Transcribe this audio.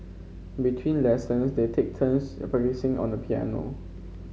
between lessons they take turns on the piano